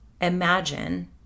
imagine